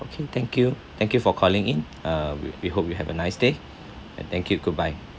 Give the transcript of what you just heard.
okay thank you thank you for calling in uh we we hope you have a nice day and thank you goodbye